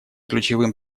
ключевым